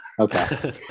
okay